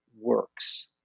works